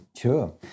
sure